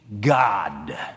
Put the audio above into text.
God